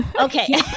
Okay